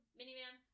minivan